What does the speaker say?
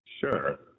Sure